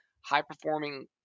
high-performing